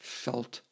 felt